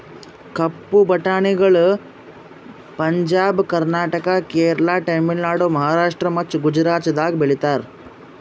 ಕಪ್ಪು ಬಟಾಣಿಗಳು ಪಂಜಾಬ್, ಕರ್ನಾಟಕ, ಕೇರಳ, ತಮಿಳುನಾಡು, ಮಹಾರಾಷ್ಟ್ರ ಮತ್ತ ಗುಜರಾತದಾಗ್ ಬೆಳೀತಾರ